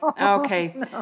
okay